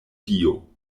dio